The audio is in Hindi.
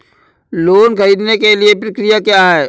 लोन ख़रीदने के लिए प्रक्रिया क्या है?